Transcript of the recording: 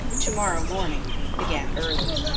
to-morrow morning began early,